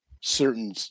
certain